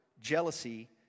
jealousy